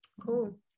cool